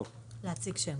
אני.